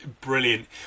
brilliant